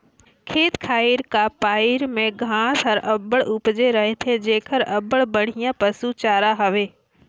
खेत खाएर का पाएर में घांस हर अब्बड़ उपजे रहथे जेहर अब्बड़ बड़िहा पसु चारा हवे